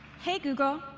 hey, google,